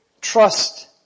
Trust